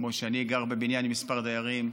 כמו שאני גר בבניין עם כמה דיירים,